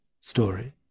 story